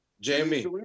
Jamie